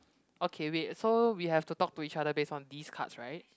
okay wait so we have to talk to each other base on these cards right